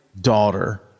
daughter